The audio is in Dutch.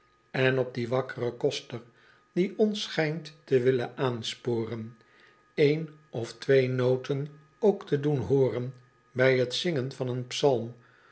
en op dien wakkeren koster die ons schijnt te willen aansporen een of twee noten ook te doen hooren bij t zingen van een psalm